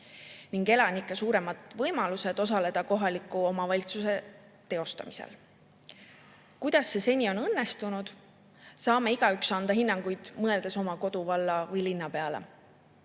ning elanike suuremad võimalused osaleda kohaliku omavalitsuse teostamisel. Kuidas see seni on õnnestunud, saame igaüks hinnangu anda, mõeldes oma koduvalla või ‑linna